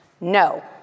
no